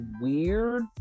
weird